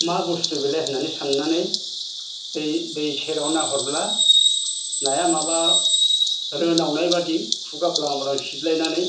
मा बुस्थु बेलाय होननानै साननानै दै दै सेराव नाहरब्ला नाया माबा रोनावनाय बादि खुगा ब्लां ब्लां सिलायनानै